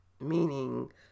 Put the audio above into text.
Meaning